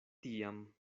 tiam